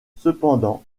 cependant